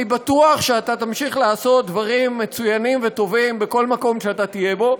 אני בטוח שאתה תמשיך לעשות דברים מצוינים וטובים בכל מקום שאתה תהיה בו,